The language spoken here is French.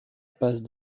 passe